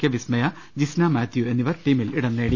K Vismaya Jisna Mathew എന്നിവർ ടീമിൽ ഇടം നേടി